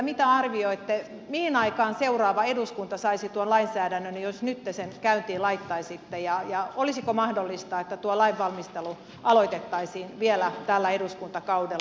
mitä arvioitte mihin aikaan seuraava eduskunta saisi tuon lainsäädännön jos nyt te sen käyntiin laittaisitte ja olisiko mahdollista että tuo lainvalmistelu aloitettaisiin vielä tällä eduskuntakaudella